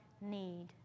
need